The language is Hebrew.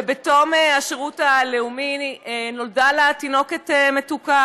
ובתום השירות הלאומי נולדה לה תינוקת מתוקה,